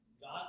God